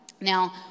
Now